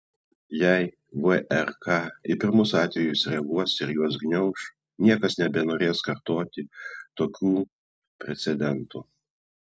jei vrk į pirmus atvejus reaguos ir juos gniauš niekas nebenorės kartoti tokių precedentų